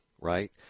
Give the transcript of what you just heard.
right